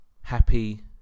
happy